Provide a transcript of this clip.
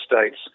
states